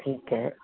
ਠੀਕ ਹੈ